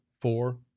four